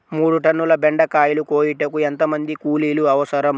మూడు టన్నుల బెండకాయలు కోయుటకు ఎంత మంది కూలీలు అవసరం?